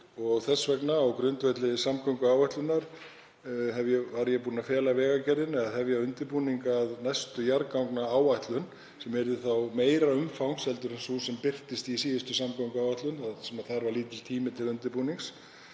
Þess vegna, á grundvelli samgönguáætlunar, var ég búinn að fela Vegagerðinni að hefja undirbúning að næstu jarðgangaáætlun sem yrði þá meiri umfangs en sú sem birtist í síðustu samgönguáætlun þar sem þar var lítill tími til undirbúnings.